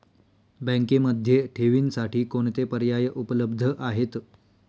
बँकेमध्ये ठेवींसाठी कोणते पर्याय उपलब्ध आहेत?